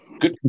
good